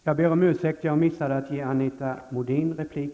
Herr talman!